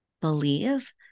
believe